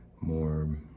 more